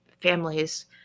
families